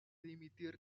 dimitir